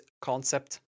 concept